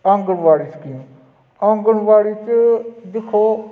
anganwadi scheme anganwadi च दिक्खो